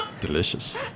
Delicious